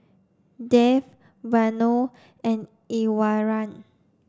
Dev Vanu and Iswaran